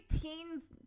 teens